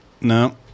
No